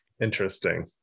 interesting